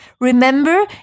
Remember